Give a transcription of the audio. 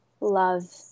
love